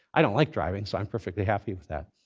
i don't like driving, so i'm perfectly happy with that.